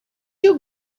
you